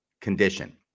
condition